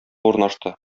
урнашты